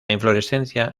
inflorescencia